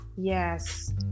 Yes